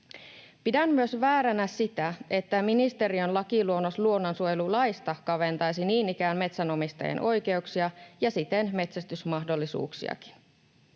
Pidän myös vääränä sitä, että ministeriön lakiluonnos luonnonsuojelulaista kaventaisi niin ikään metsänomistajien oikeuksia ja siten metsästysmahdollisuuksiakin.